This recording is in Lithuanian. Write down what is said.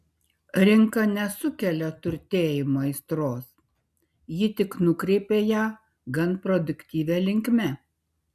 rinka nesukelia turtėjimo aistros ji tik nukreipia ją gan produktyvia linkme